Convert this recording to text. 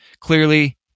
Clearly